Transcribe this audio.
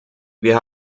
wir